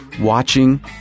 watching